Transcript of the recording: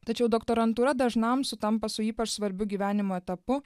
tačiau doktorantūra dažnam sutampa su ypač svarbiu gyvenimo etapu